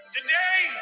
Today